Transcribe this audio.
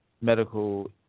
medical